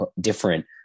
different